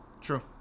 True